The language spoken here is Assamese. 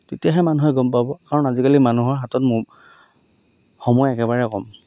তেতিয়াহে মানুহে গম পাব কাৰণ আজিকালি মানুহৰ হাতত মো সময় একেবাৰে ক'ম